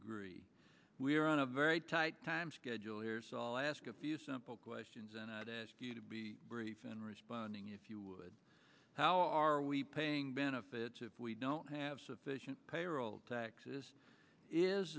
agree we are on a very tight time schedule hears all ask a few simple questions and i'd ask you to be brief and responding if you would how are we paying benefits if we don't have sufficient payroll taxes is